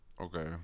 Okay